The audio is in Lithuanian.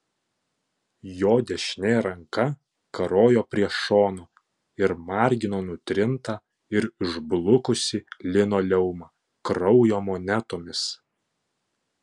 jo dešinė ranka karojo prie šono ir margino nutrintą ir išblukusį linoleumą kraujo monetomis